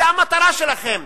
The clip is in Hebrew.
זו המטרה שלכם,